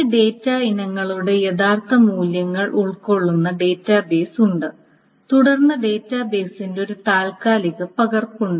ഈ ഡാറ്റ ഇനങ്ങളുടെ യഥാർത്ഥ മൂല്യങ്ങൾ ഉൾക്കൊള്ളുന്ന ഡാറ്റാബേസ് ഉണ്ട് തുടർന്ന് ഡാറ്റാബേസിന്റെ ഒരു താൽക്കാലിക പകർപ്പ് ഉണ്ട്